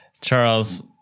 Charles